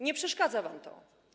Nie przeszkadza wam to.